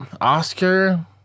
Oscar